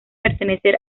pertenecer